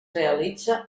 realitza